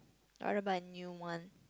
I want to buy a new one